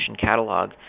catalog